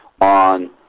on